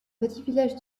village